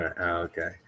okay